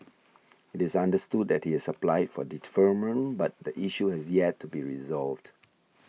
it is understood that he has applied for deferment but the issue has yet to be resolved